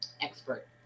expert